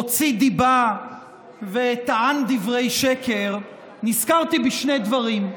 הוציא דיבה וטען דברי שקר, נזכרתי בשני דברים.